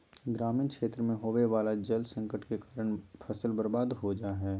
ग्रामीण क्षेत्र मे होवे वला जल संकट के कारण फसल बर्बाद हो जा हय